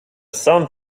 sun